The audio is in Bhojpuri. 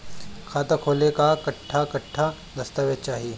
खाता खोले ला कट्ठा कट्ठा दस्तावेज चाहीं?